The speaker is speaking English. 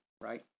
right